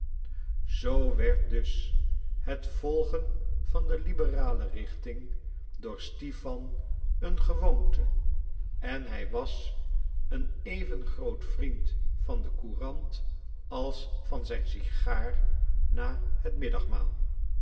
zoo werd dus het volgen van de liberale richting voor stipan een gewoonte en hij was een even groot vriend van de courant als van zijn cigaar na het middagmaal